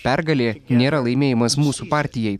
pergalė nėra laimėjimas mūsų partijai